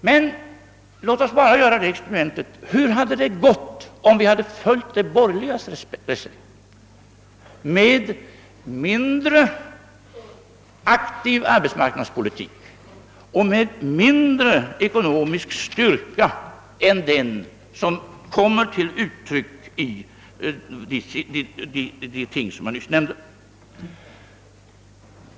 Men låt mig göra ett experiment: Hur hade det gått om vi hade följt de borgerligas recept med mindre aktiv arbetsmarknadspolitik och med mindre ekonomisk styrka än den som kom till uttryck i de ting jag nyss nämnde?